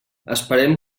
esperem